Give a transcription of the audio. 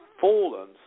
fallen